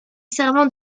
servant